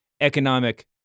economic